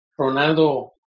Ronaldo